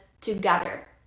together